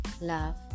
love